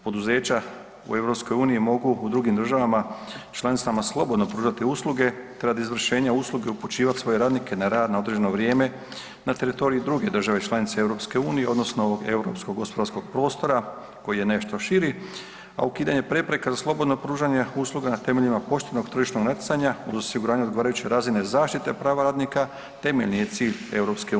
Poduzeća u EU mogu u drugim državama članicama slobodno pružati usluge radi izvršenja usluga upućivati svoje radnike na rad na određeno vrijeme na teritorij druge države članice EU odnosno Europskog gospodarskog prostora koji je nešto širi, a ukidanje prepreka za slobodno pružanje usluga na temeljima poštenog tržišnog natjecanja uz osiguranje odgovarajuće razine zaštite, prava radnika temeljni je cilj EU.